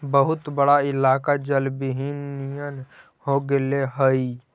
बहुत बड़ा इलाका जलविहीन नियन हो गेले हई